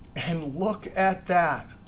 and look at that.